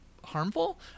harmful